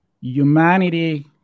humanity